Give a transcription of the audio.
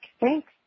Thanks